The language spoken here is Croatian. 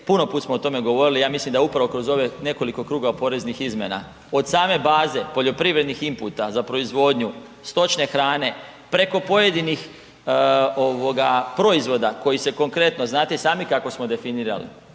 Puno puta smo o tome govorili i ja mislim da upravo kroz ove nekoliko krugova poreznih izmjena od same baze poljoprivrednih imputa za proizvodnju stočne hrane, preko pojedinih proizvoda koji se konkretno znate i sami kako smo definirali